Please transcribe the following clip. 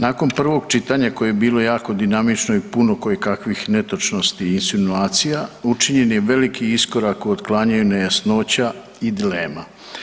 Nakon prvog čitanja koje je bilo jako dinamično i puno koje kakvih netočnosti i insinuacija učinjen je veliki iskorak u otklanjanju nejasnoća i dilema.